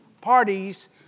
parties